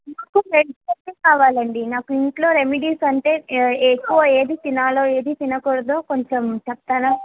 నాకు కావాలండి నాకు ఇంట్లో రెమిడీస్ అంటే ఏ ఎక్కువ ఏది తినాలో ఏది తినకూడదో కొంచెం చెప్తారా